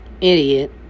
idiot